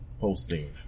posting